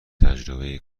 تجربه